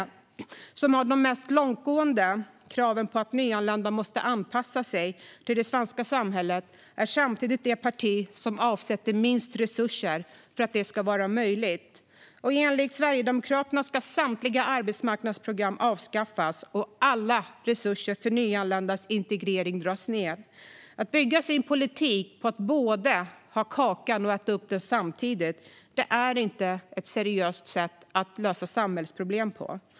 Sverigedemokraterna, som har de mest långtgående kraven på att nyanlända måste anpassa sig till det svenska samhället, är samtidigt det parti som avsätter minst resurser för att detta ska vara möjligt. Enligt Sverigedemokraterna ska samtliga arbetsmarknadsprogram avskaffas och alla resurser för nyanländas integrering dras ned. Att bygga sin politik på att både ha kakan och äta upp den samtidigt är inte ett seriöst sätt att lösa samhällsproblem.